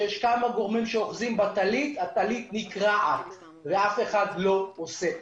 כשיש כמה גורמים שאוחזים בטלית הטלית נקרעת ואף אחד לא עושים כלום.